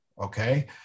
Okay